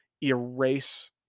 erase